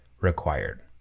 required